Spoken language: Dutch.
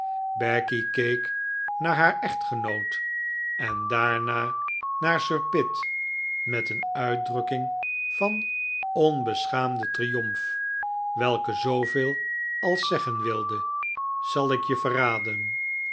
becky keek naar haar echtgenoot en daarna naar sir pitt met een uitdrukking van onbeschaamden triomf welke zooveel als zeggen wilde zal ik je verraden